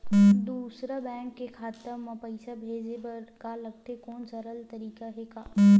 दूसरा बैंक के खाता मा पईसा भेजे बर का लगथे कोनो सरल तरीका हे का?